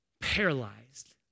paralyzed